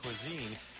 cuisine